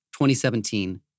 2017